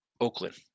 Oakland